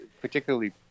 particularly